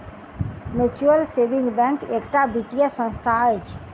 mutual saving bank एकटा वित्तीय संस्था अछि